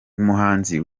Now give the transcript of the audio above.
umuhanzi